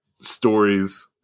stories